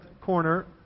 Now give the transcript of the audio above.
corner